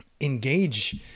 engage